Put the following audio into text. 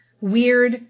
weird